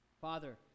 Father